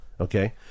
okay